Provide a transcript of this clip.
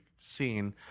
seen